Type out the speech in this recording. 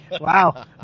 Wow